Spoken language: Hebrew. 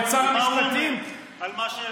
ומה הוא אומר על מה שחולל בית המשפט העליון.